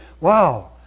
wow